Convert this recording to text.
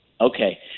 Okay